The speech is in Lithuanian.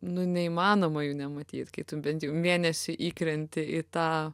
nu neįmanoma jų nematyt kai tu bent jau mėnesiui įkrenti į tą